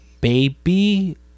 baby